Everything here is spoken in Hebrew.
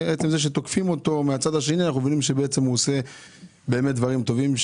בעצם זה שתוקפים אותו מהצד השני אנחנו יודעים שהוא עושה דברים טובים.